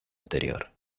anterior